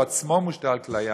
שהוא עצמו מושתל כליה,